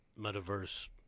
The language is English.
metaverse